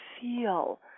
feel